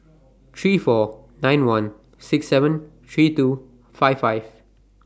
three four nine one six seven three two five five